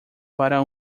para